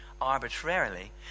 arbitrarily